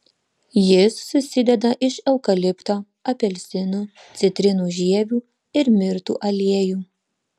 jis susideda iš eukalipto apelsinų citrinų žievių ir mirtų aliejų